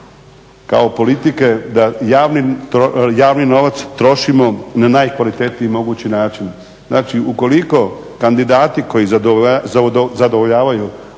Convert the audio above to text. kao politike da javni novac trošimo na najkvalitetniji mogući način. Znači ukoliko kandidati koji zadovoljavaju,